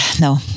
no